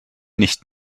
nicht